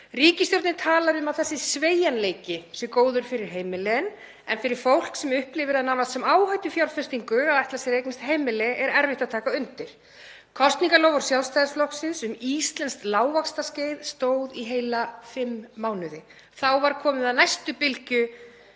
Ríkisstjórnin talar um að þessi sveigjanleiki sé góður fyrir heimilin en fyrir fólk sem upplifir það nánast sem áhættufjárfestingu að ætla sér að eignast heimili er erfitt að taka undir. Kosningaloforð Sjálfstæðisflokksins um íslenskt lágvaxtaskeið stóð í heila fimm mánuði. Þá var komið að næstu bylgju